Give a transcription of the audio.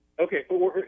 Okay